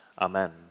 Amen